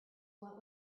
what